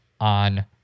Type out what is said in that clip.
on